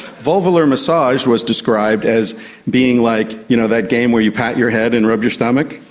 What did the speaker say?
vulvalar massage was described as being like you know that game where you pat your head and rub your stomach,